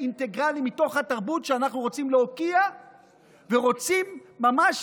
אינטגרלי מתוך התרבות שאנחנו רוצים להוקיע ורוצים ממש